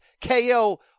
KO